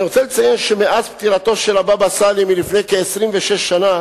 אני רוצה לציין שמאז פטירתו של הבבא סאלי לפני כ-26 שנים